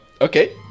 okay